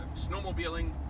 Snowmobiling